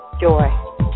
joy